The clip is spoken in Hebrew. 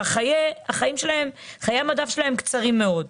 כי חיי המדף שלהם קצרים מאוד.